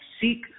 seek